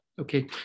okay